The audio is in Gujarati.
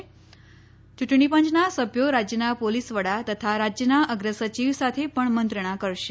યૂંટણી પંચના સભ્યો રાજ્યના પોલીસ વડા તથા રાજ્યના અગ્રસચિવ સાથે પણ મંત્રણા કરશે